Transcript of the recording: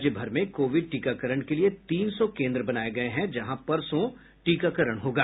राज्य भर में कोविड टीकाकरण के लिये तीन सौ केन्द्र बनाये गये हैं जहां परसों टीकाकरण होगा